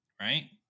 right